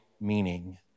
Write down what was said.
meaning